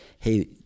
Hey